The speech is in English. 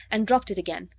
and dropped it again,